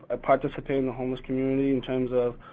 i participate in the homeless community in terms of